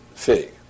Fig